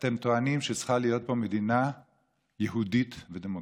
אתם טוענים שצריכה להיות פה מדינה יהודית ודמוקרטית?